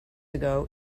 ago